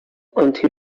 آنتی